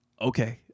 Okay